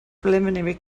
preliminary